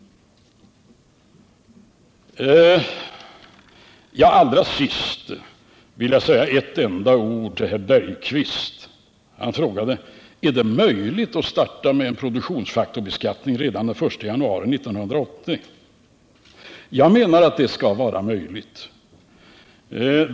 Allra sist vill jag säga några få ord till herr Holger Bergqvist. Han frågade om det är möjligt att starta med en produktionsfaktorsbeskattning redan den 1 januari 1980. Jag menar att det skall vara möjligt.